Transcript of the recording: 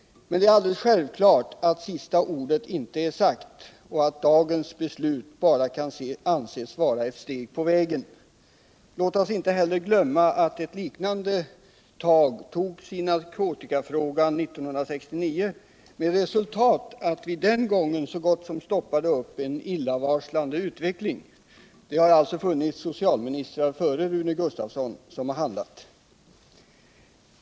Men det är alldeles självklart att sista ordet inte är sagt och att dagens beslut bara kan anses vara ett steg på vägen. Låt oss inte heller glömma att ett liknande tag togs i narkotikafrågan 1969 med resultat att vi den gången så gott som stoppade upp en illavarslande utveckling. Det har alltså före Rune Gustavsson funnits socialministrar som handlat.